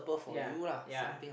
ya ya